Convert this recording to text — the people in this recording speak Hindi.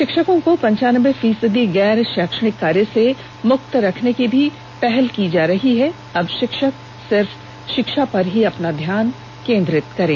शिक्षकों को पनचानबे फीसदी गैर शैक्षणिक कार्य से मुक्त रखने की पहल की जा रही है अब शिक्षक सिर्फ शिक्षा पर अपना ध्यान केंद्रित करें